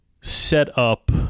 setup